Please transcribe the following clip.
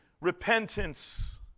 repentance